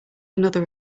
another